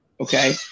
Okay